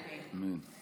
אמן.